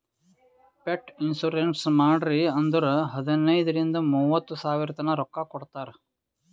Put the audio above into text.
pet insurance ಮಾಡ್ರಿ ಅಂದುರ್ ಹದನೈದ್ ರಿಂದ ಮೂವತ್ತ ಸಾವಿರತನಾ ರೊಕ್ಕಾ ಕೊಡ್ತಾರ್